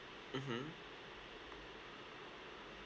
mmhmm